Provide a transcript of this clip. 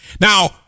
Now